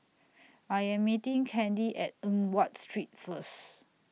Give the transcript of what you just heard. I Am meeting Kandy At Eng Watt Street First